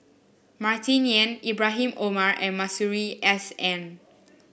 Martin Yan Ibrahim Omar and Masuri S N